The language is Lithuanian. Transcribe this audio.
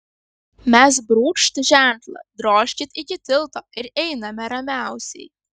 mes brūkšt ženklą drožkit iki tilto ir einame ramiausiai